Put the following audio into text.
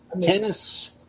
Tennis